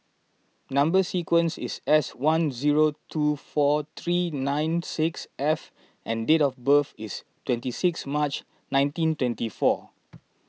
Number Sequence is S one zero two four three nine six F and date of birth is twenty six March nineteen twenty four